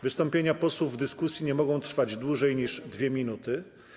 Wystąpienia posłów w dyskusji nie mogą trwać dłużej niż 2 minuty.